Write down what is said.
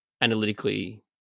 analytically